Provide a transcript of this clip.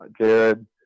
Jared